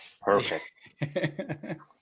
Perfect